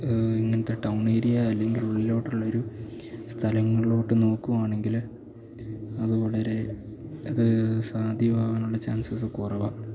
ഇങ്ങനത്തെ town area അല്ലെങ്കിൽ ഉള്ളിലോട്ടുള്ളൊരു സ്ഥലങ്ങളിലോട്ട് നോക്കുകയാണെങ്കില് അതു വളരെ അതു സാധ്യമാകാനുള്ള ചാൻസസ് കുറവാണ്